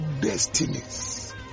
destinies